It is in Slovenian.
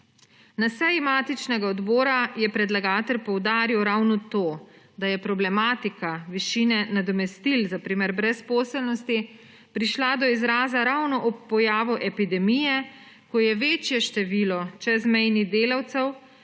Na seji matičnega odbora je predlagatelj poudaril ravno to, da je problematika višine nadomestil za primer brezposelnosti prišla do izraza ravno ob pojavu epidemije, ko je večje število čezmejnih delavcev,